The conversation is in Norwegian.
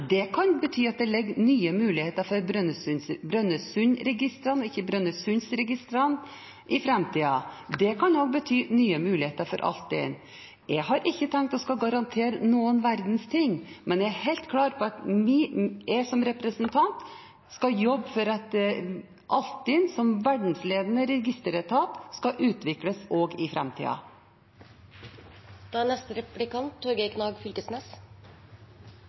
Det kan bety at det ligger nye muligheter for Brønnøysundregistrene i framtiden. Det kan også bety nye muligheter for Altinn. Jeg har ikke tenkt å garantere for noen verdens ting, men jeg er helt klar på at jeg som representant skal jobbe for at Altinn, som verdensledende registeretat, skal utvikles også i framtiden. Eg la merke til at representanten Ebbesen var på fredsprisutdelinga i går, og i